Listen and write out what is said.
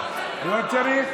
לא צריך.